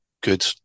good